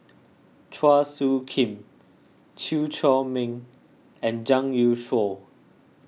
Chua Soo Khim Chew Chor Meng and Zhang Youshuo